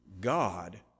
God